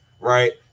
right